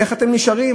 איך אתם נשארים?